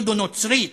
יודו-נוצרית,